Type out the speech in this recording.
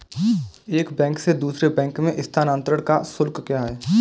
एक बैंक से दूसरे बैंक में स्थानांतरण का शुल्क क्या है?